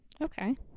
Okay